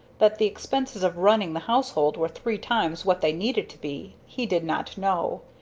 that the expenses of running the household were three times what they needed to be, he did not know.